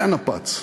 היא הנפץ,